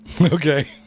Okay